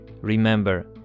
Remember